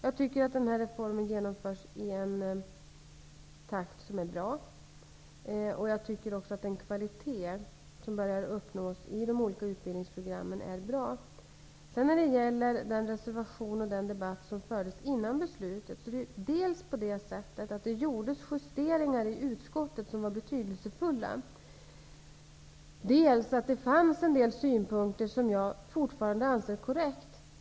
Jag tycker att den här reformen genomförs i en takt som är bra. Jag tycker också att den kvalitet som börjar uppnås i de olika utbildningsprogrammen är bra. När det gäller reservationen och den debatt som fördes före beslutet vill jag säga att det gjordes betydelsefulla justeringar i utskottet. Det fanns en del synpunkter som jag fortfarande anser vara korrekta.